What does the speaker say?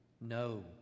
No